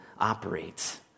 operates